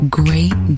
great